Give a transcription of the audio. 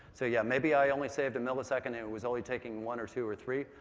so, yeah, maybe i only saved a millisecond, it was only taking one or two or three.